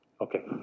Okay